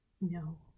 no